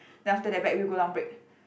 then after that back wheel go down brake